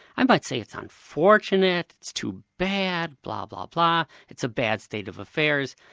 i might say it's unfortunate, it's too bad, blah-blah-blah, it's a bad state of affairs,